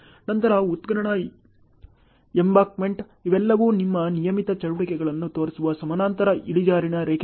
ನಂತರ ಉತ್ಖನನ ಎಂಬಾಂಕ್ಮೆಂಟ್ ಇವೆಲ್ಲವೂ ನಿಮ್ಮ ನಿಯಮಿತ ಚಟುವಟಿಕೆಗಳನ್ನು ತೋರಿಸುವ ಸಮಾನಾಂತರ ಇಳಿಜಾರಿನ ರೇಖೆಗಳು